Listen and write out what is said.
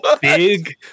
Big